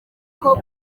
kuko